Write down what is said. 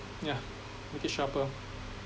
yeah make it sharper